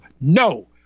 no